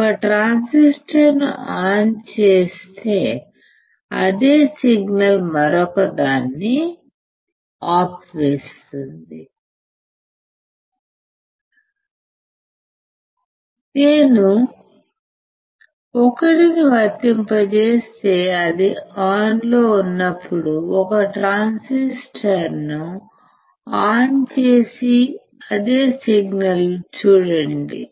ఒక ట్రాన్సిస్టర్ను ఆన్ చేసే అదే సిగ్నల్ మరొకదాన్ని ఆపివేస్తుంది నేను 1 ను వర్తింపజేస్తే ఇది ఆన్లో ఉన్నప్పుడు 1 ట్రాన్సిస్టర్ను ఆన్ చేసే అదే సిగ్నల్ చూడండి